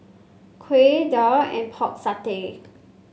Kuih Daal and Pork Satay